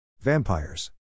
Vampires